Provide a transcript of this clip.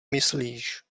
myslíš